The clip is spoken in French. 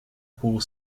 pour